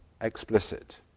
explicit